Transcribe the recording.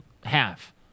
half